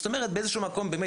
זאת אומרת באיזשהו מקום באמת,